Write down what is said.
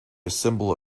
assemble